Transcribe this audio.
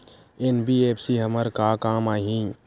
NBFC हमर का काम आही?